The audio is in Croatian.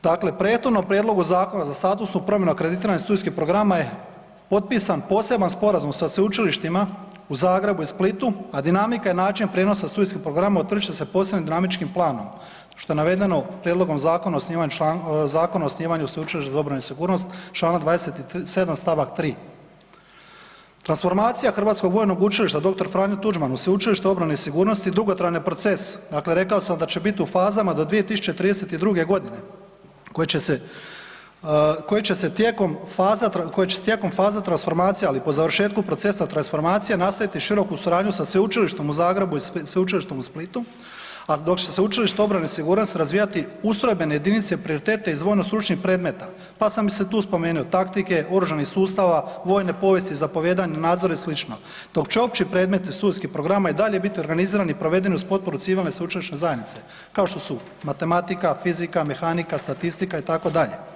Dakle, prethodno prijedlogu zakona za statusnu promjenu akreditiranih studijskih programa je potpisan poseban sporazum sa sveučilištima u Zagrebu i Splitu, a dinamika i način prijenosa studijskih programa utvrdit će posebnim dinamičkim planom što je navedeno prijedlogom zakona o osnivanju, Zakona o osnivanju Sveučilišta za obranu i sigurnost Članak 27. stavak 3. Transformacija Hrvatskog vojnog učilišta Dr. Franjo Tuđman u Sveučilište obrane i sigurnosti dugotrajni je proces, dakle rekao sam da će biti u fazama do 2032. godine koje će se tijekom faza transformacija ali po završetku procesa transformacije nastaviti široku suradnju sa Sveučilištem u Zagrebu i Sveučilištem u Splitu, a dok će Sveučilište obrane i sigurnosti razvijati ustrojbene jedinice i prioritete iz vojno stručnih predmeta, pa sam se i tu spomenuo taktike oružanih sustava, vojne povijesti zapovijedanja, nadzor i sl., dok će opći predmeti studijskih programa i dalje biti organizirani i provedeni uz potporu civilne sveučilišne zajednice kao što su matematika, fizika, mehanika, statistika itd.